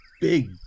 big